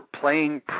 playing